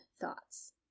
thoughts